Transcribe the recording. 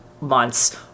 months